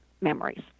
memories